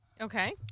okay